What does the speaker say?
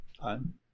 Time